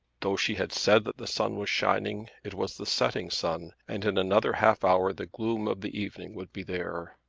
though she had said that the sun was shining, it was the setting sun, and in another half hour the gloom of the evening would be there.